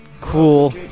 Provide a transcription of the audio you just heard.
cool